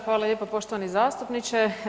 Hvala lijepa poštovani zastupniče.